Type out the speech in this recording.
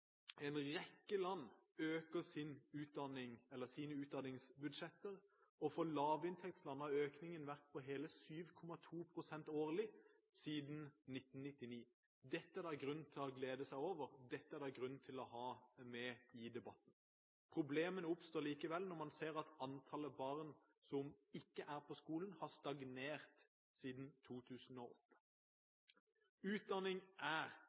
En rekke land øker sin utdanning eller sine utdanningsbudsjetter, og for lavinntektsland har økningen vært på hele 7,2 pst. årlig siden 1999. Dette er det grunn til å glede seg over, og dette er det grunn til å ha med i debatten. Problemene oppstår likevel når man ser at antallet barn som ikke er på skolen, har stagnert siden 2008. Utdanning er